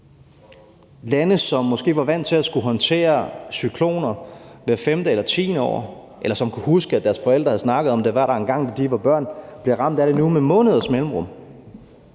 Nogle, som måske var vant til at skulle håndtere cykloner hvert 5. eller 10. år, eller som kunne huske, at deres forældre havde snakket om, at det var der engang, da de var børn, bliver nu ramt af det med måneders mellemrum.